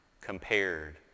compared